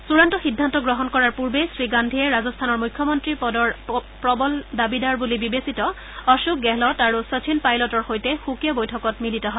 চডান্ত সিদ্ধান্ত গ্ৰহণ কৰাৰ পূৰ্বে শ্ৰী গান্ধীয়ে ৰাজস্থানৰ মুখ্যমন্ত্ৰী পদৰ প্ৰৱল দাবীদাৰ বুলি বিবেচিত অশোক গেহলট' আৰু শচীন পাইলটৰ সৈতে সুকীয়া সুকীয়া বৈঠকত মিলিত হয়